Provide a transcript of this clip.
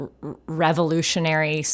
revolutionary